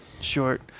short